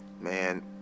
Man